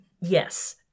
Yes